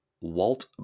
Walt